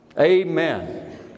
Amen